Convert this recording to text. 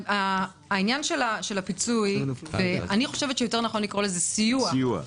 בעניין הפיצוי אני חושבת שנכון יותר לקרוא לזה סיוע.